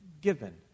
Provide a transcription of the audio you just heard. given